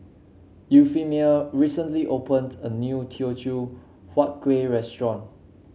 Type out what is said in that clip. Euphemia recently opened a new Teochew Huat Kueh restaurant